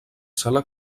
sala